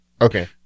Okay